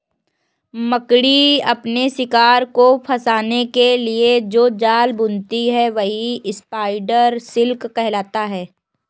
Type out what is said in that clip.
मकड़ी अपने शिकार को फंसाने के लिए जो जाल बुनती है वही स्पाइडर सिल्क कहलाता है